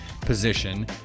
position